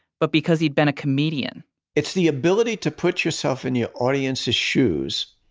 but because he'd been a comedian it's the ability to put yourself in your audience's shoes